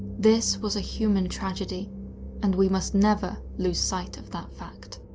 this was a human tragedy and we must never lose sight of that fact.